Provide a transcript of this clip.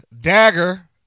Dagger